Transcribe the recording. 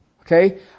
Okay